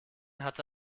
hatte